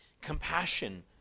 compassion